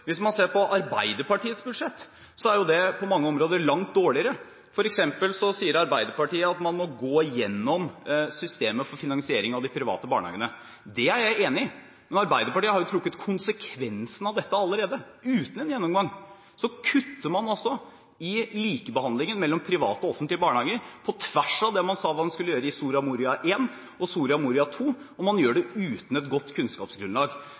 Hvis man ser på Arbeiderpartiets budsjett, er det på mange områder langt dårligere, f.eks. sier Arbeiderpartiet at man må gå igjennom systemet for finansiering av de private barnehagene. Det er jeg enig i, men Arbeiderpartiet har jo tatt konsekvensen av dette allerede – uten en gjennomgang. Så kutter man i likebehandlingen mellom private og offentlige barnehager, på tvers av det man sa man skulle gjøre i Soria Moria I og Soria Moria II, og man gjør det uten et godt kunnskapsgrunnlag.